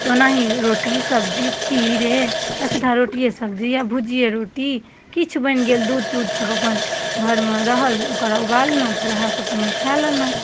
तऽ ओनाही रोटी सब्जी खीरे या सीधा रोटिये सब्जी या भुजिये रोटी किछु बनि गेल दूध तूध सब अपन घरमे रहल ओकरा उबाललहुँ फेर ओएह सब सङ्गे खाय लेलहुँ